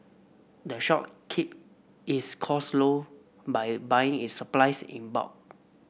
the shop keep its costs low by buying its supplies in bulk